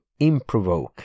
improvoke